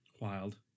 Wild